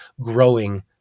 growing